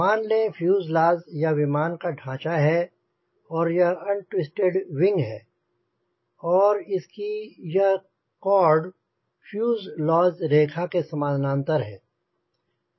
मान लें यह फ्यूजलाज़ या विमान का ढाँचा है और यह अनट्विस्टेड विंग है और इसकी यह कार्ड फ्यूजलाज़ की रेखा के समांतर है